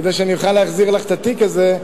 כדי שאני אוכל להחזיר לך את התיק הזה,